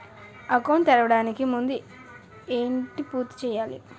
Account తెరవడానికి ముందు ఏంటి పూర్తి చేయాలి?